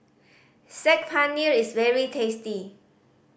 Saag Paneer is very tasty